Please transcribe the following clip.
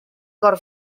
cor